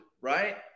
right